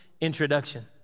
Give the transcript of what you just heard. introduction